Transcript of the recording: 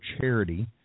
charity